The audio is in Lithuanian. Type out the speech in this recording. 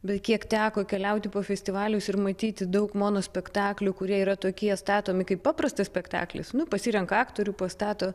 bet kiek teko keliauti po festivalius ir matyti daug mono spektaklių kurie yra tokie statomi kaip paprastas spektaklis nu pasirenka aktorių pastato